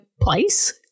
place